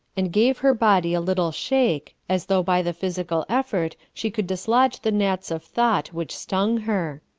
and gave her body a little shake, as though by the physical effort she could dislodge the gnats of thought which stung her.